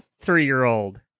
three-year-old